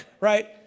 right